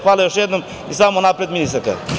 Hvala još jednom i samo napred ministarka.